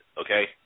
okay